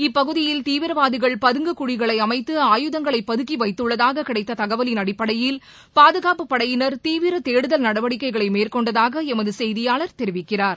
இப்பகுதியில் தீவிரவாதிகள் பதுங்குக் குழிகளை அமைத்து ஆயுதங்களை பதுக்கி வைத்துள்ளதாக கிடைத்த தகவலின் அடிப்படையில் பாதுகாப்புப் படையினர் தீவிர தேடுதல் நடவடிக்கைகளை மேற்கொண்டதாக எமது செய்தியாளர் தெரிவிக்கிறார்